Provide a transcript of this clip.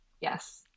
Yes